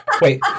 wait